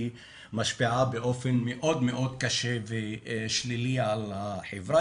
משפיעה באופן מאוד מאוד קשה ושלילי על החברה.